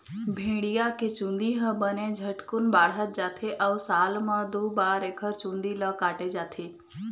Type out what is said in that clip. भेड़िया के चूंदी ह बने झटकुन बाढ़त जाथे अउ साल म दू बार एकर चूंदी ल काटे जाथे